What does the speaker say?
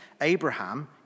Abraham